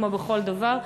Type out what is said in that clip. כמו בכל דבר,